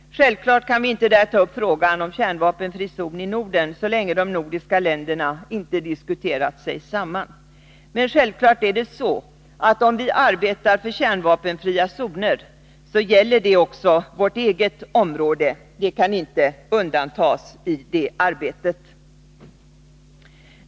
Så länge de nordiska länderna inte diskuterat sig samman kan vi självfallet inte ta upp frågan om en kärnvapenfri zon i Norden. Men om vi arbetar för kärnvapenfria zoner, gäller det naturligtvis också vårt eget område. Det kan inte undantas i detta arbete.